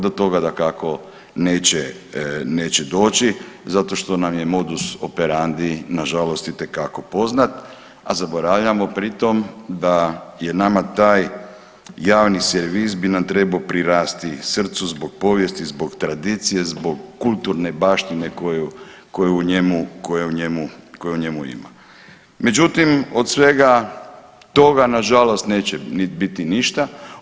Do toga dakako neće, neće doći zato što nam je modus operandi nažalost itekako poznat, a zaboravljamo pri tom da je nama taj javni servis bi nam trebao prirasti srcu zbog povijesti, zbog tradicije, zbog kulturne baštine koju, koju u njemu, koja u njemu, koja u njemu ima, međutim od svega toga nažalost neće biti ništa.